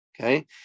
okay